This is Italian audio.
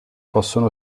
possono